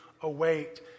await